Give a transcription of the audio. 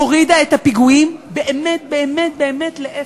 הורידה את הפיגועים באמת, באמת, באמת לאפס.